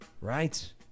Right